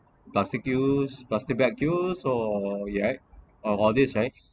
plastic use plastic bag use or yet all this right